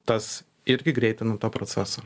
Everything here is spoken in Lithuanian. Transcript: tas irgi greitina tą procesą